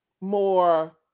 more